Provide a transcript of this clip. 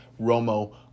Romo